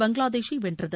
பங்களாதேஷை வென்றது